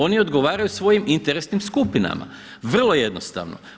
Oni odgovaraju svojim interesnim skupinama vrlo jednostavno.